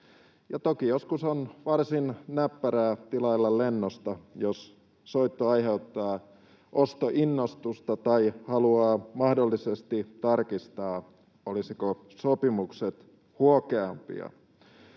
Toki joskus on varsin näppärää tilailla lennosta, jos soitto aiheuttaa ostoinnostusta tai haluaa mahdollisesti tarkistaa, olisivatko sopimukset huokeampia.